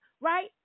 right